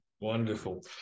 Wonderful